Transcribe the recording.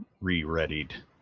re-readied